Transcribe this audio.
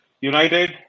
United